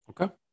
Okay